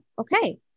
Okay